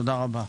תודה רבה.